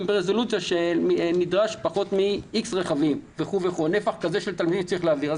ברזולוציה שנדרש פחות מ-X רכבים וכולי בנפח כזה של תלמידים שצריך להעביר.